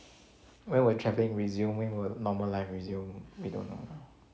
when will travelling resume when will normal life resume we don't know ya lor like all else you you will see